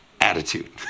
attitude